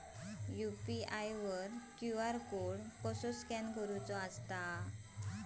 UPI वर QR code कसा scan करूचा?